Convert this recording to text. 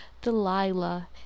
Delilah